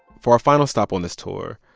for our final stop on this tour,